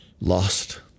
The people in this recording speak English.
lost